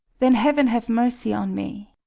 then heaven have mercy on me!